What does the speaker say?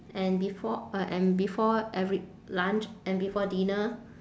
and before uh and before every lunch and before dinner